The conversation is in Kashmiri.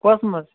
کۄس مسجِد